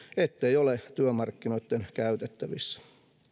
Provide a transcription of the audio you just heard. ettei ole työmarkkinoitten käytettävissä